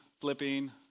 flipping